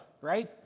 right